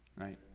Right